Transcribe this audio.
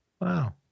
Wow